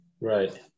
Right